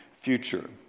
future